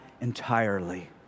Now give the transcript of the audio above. entirely